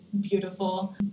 beautiful